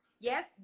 yes